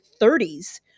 30s